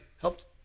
helped